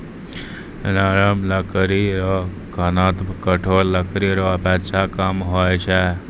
नरम लकड़ी रो घनत्व कठोर लकड़ी रो अपेक्षा कम होय छै